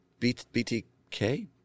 BTK